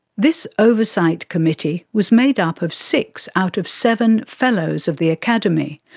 this oversight committee was made up of six out of seven fellows of the academy.